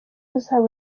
uzaba